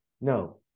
No